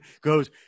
goes